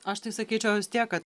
aš tai sakyčiau vis tiek kad